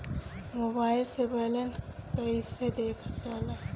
Mobile से balance कइसे देखल जाला?